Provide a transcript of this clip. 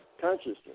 consciousness